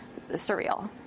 surreal